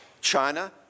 China